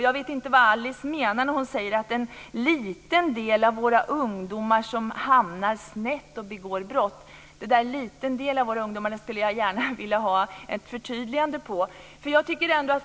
Jag vet inte vad Alice menar när hon säger att det är en liten del av våra ungdomar som hamnar snett och begår brott. Det där med liten andel skulle jag gärna vilja ha ett förtydligande av.